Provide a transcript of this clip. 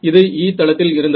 இது E தளத்தில் இருந்தது